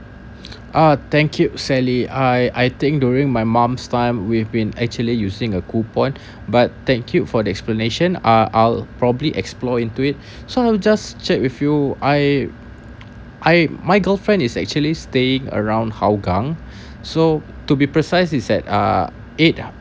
uh thank you sally I I think during my mom's time we've been actually using a coupon but thank you for the explanation uh I'll probably explore into it so I'll just check with you I I my girlfriend is actually staying around hougang so to be precise is that uh eight